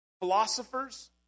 philosophers